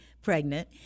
pregnant